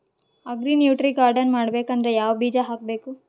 Agri nutri garden ಮಾಡಬೇಕಂದ್ರ ಯಾವ ಬೀಜ ಹಾಕಬೇಕು?